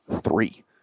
three